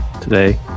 Today